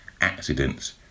accidents